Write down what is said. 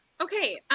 okay